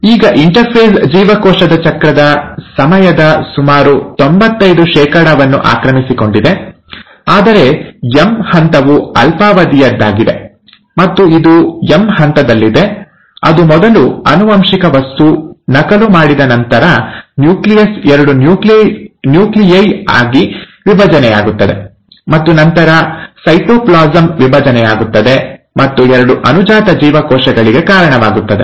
ಈಗ ಇಂಟರ್ಫೇಸ್ ಜೀವಕೋಶ ಚಕ್ರದ ಸಮಯದ ಸುಮಾರು ತೊಂಬತ್ತೈದು ಶೇಕಡಾವನ್ನು ಆಕ್ರಮಿಸಿಕೊಂಡಿದೆ ಆದರೆ ಎಂ ಹಂತವು ಅಲ್ಪಾವಧಿಯದ್ದಾಗಿದೆ ಮತ್ತು ಇದು ಎಂ ಹಂತದಲ್ಲಿದೆ ಅದು ಮೊದಲು ಆನುವಂಶಿಕ ವಸ್ತು ನಕಲು ಮಾಡಿದ ನಂತರ ನ್ಯೂಕ್ಲಿಯಸ್ ಎರಡು ನ್ಯೂಕ್ಲಿಯೈ ಆಗಿ ವಿಭಜನೆಯಾಗುತ್ತದೆ ಮತ್ತು ನಂತರ ಸೈಟೋಪ್ಲಾಸಂ ವಿಭಜನೆಯಾಗುತ್ತದೆ ಮತ್ತು ಎರಡು ಅನುಜಾತ ಜೀವಕೋಶಗಳಿಗೆ ಕಾರಣವಾಗುತ್ತದೆ